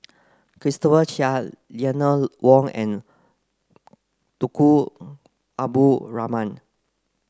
Christopher Chia Eleanor Wong and Tunku Abdul Rahman